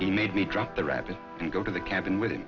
he made me drop the rabbit and go to the cabin with him